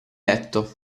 letto